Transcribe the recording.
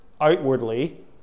outwardly